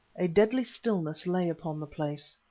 a deadly stillness lay upon the place,